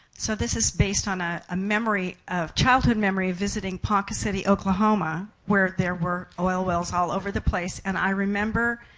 so this is based on a memory of childhood memory visiting ponca city, oklahoma, where there were oil wells all over the place. and i remember,